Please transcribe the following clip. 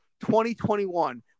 2021